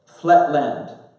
flatland